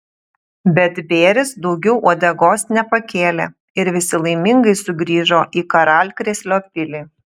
bet bėris daugiau uodegos nepakėlė ir visi laimingai sugrįžo į karalkrėslio pilį